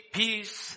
peace